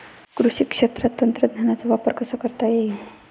कृषी क्षेत्रात तंत्रज्ञानाचा वापर कसा करता येईल?